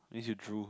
means you drool